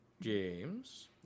James